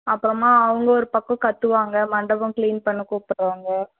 அப்புறமா அவங்க ஒரு பக்கம் கத்துவாங்கள் மண்டபம் க்ளீன் பண்ண கூப்பிட்றவாங்க